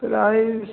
price